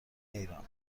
ایران